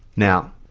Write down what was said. now,